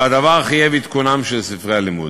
והדבר חייב את עדכונם של ספרי הלימוד.